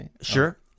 Sure